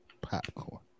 popcorn